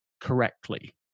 correctly